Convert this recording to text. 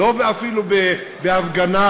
לא אפילו בהפגנה,